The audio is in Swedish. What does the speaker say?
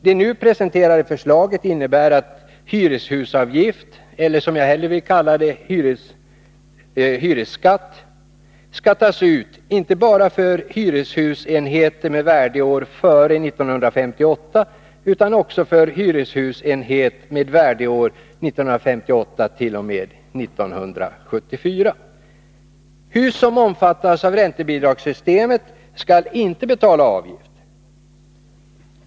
Det nu presenterade förslaget innebär att hyreshusavgift— eller, som jag hellre vill kalla det, hyreshusskatt— skall tas ut inte bara för hyreshusenhet med värdeår före 1958 utan också för hyreshusenhet med värdeår 1958-1974. Avgiften skall inte betalas för hus som omfattas av räntebidragssystemet.